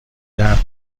درد